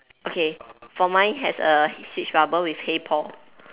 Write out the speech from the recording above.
okay for mine has a speech bubble with hey Paul